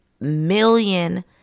million